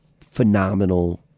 phenomenal